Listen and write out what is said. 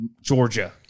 Georgia